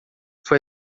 foi